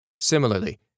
Similarly